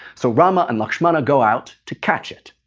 so rama and lakshmana go out to catch it.